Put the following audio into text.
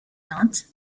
dance